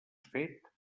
fet